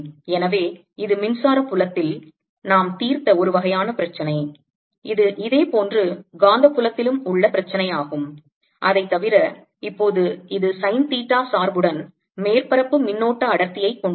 எனவே இது மின்சார புலத்தில் நாம் தீர்த்த ஒரு வகையான பிரச்சினை இது இதேபோன்று காந்தப்புலத்திலும் உள்ள பிரச்சினையாகும் அதை தவிர இப்போது இது சைன் தீட்டா சார்புடன் மேற்பரப்பு மின்னோட்ட அடர்த்தியைக் கொண்டுள்ளது